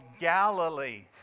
Galilee